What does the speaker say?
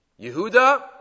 Yehuda